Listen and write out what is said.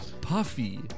Puffy